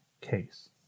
case